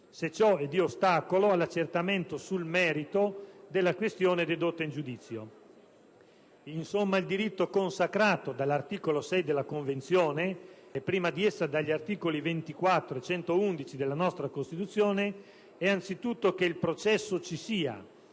se ciò è di ostacolo all'accertamento sul merito della questione dedotta in giudizio. Insomma, il diritto consacrato dall'articolo 6 della Convenzione e, prima di esso, dagli articoli 24 e 111 della nostra Costituzione, è anzitutto che il processo ci sia